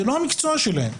זה לא המקצוע שלהם.